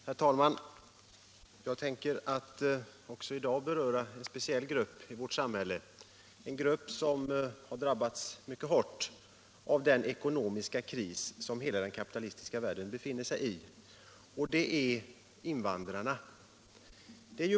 Herr talman! Jag tänker också i dag beröra en speciell grupp i vårt samhälle, en grupp som har drabbats mycket hårt av den ekonomiska kris som hela den kapitalistiska världen befinner sig i. Det gäller invandrarna.